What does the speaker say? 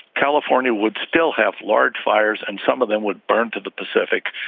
california would still have large fires and some of them would burn to the pacific.